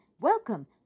Welcome